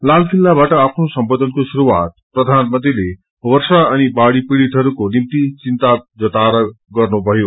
लाल किल्लाबाट आफ्नो सम्बोधनको शुयआत प्रधानमंत्रीले वर्षा अनि बाढ़ी पीड़ितहरूको निम्ति चिन्ता जताएर गर्नुभयो